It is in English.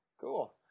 cool